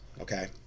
okay